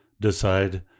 decide